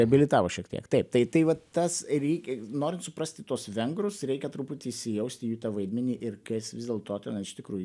reabilitavo šiek tiek taip tai tai va tas reikia norint suprasti tuos vengrus reikia truputį įsijausti į jų tą vaidmenį ir kas vis dėlto ten iš tikrųjų